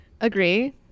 agree